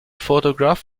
photograph